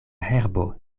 herbo